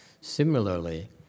Similarly